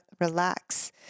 relax